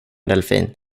delfin